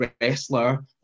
wrestler